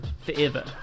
forever